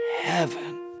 heaven